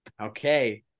Okay